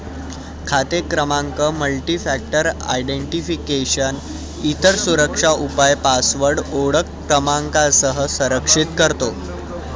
खाते क्रमांक multifactor identification, इतर सुरक्षा उपाय पासवर्ड ओळख क्रमांकासह संरक्षित करतो